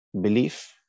belief